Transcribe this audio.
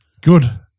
Good